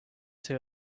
too